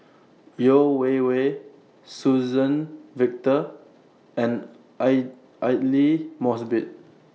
Yeo Wei Wei Suzann Victor and Aidli Mosbit